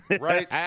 right